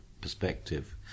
perspective